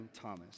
Thomas